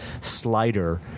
slider